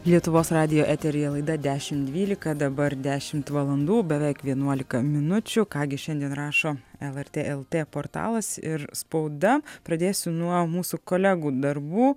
lietuvos radijo eteryje laida dešim dvylika dabar dešimt valandų beveik vienuolika minučių ką gi šiandien rašo lrt lt portalas ir spauda pradėsiu nuo mūsų kolegų darbų